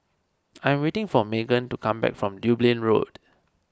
I am waiting for Meghan to come back from Dublin Road